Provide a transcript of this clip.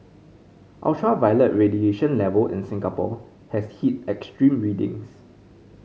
ultraviolet radiation level in Singapore has hit extreme readings